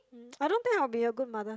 I don't think I will be a good mother